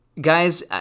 Guys